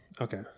Okay